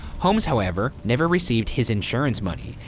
holmes, however, never received his insurance money.